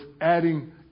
adding